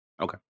Okay